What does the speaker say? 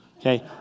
Okay